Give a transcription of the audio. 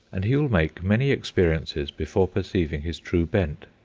and he will make many experiences before perceiving his true bent.